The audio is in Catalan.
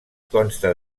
consta